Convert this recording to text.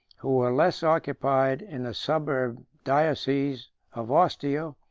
who were less occupied in the suburb dioceses of ostia,